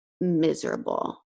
miserable